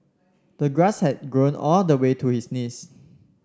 the grass had grown all the way to his knees